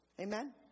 Amen